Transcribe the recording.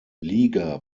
liga